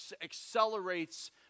accelerates